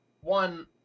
one